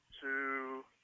two